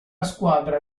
squadra